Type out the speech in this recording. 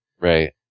Right